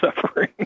suffering